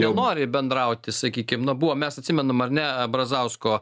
nenori bendrauti sakykim na buvo mes atsimenam ar ne brazausko